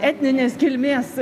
etninės kilmės